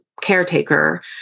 caretaker